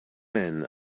men